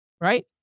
right